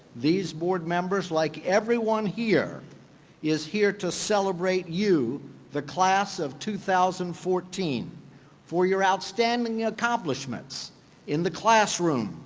these board members like everyone here is here to celebrate you the class of two thousand and fourteen for your outstanding accomplishments in the classroom,